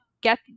get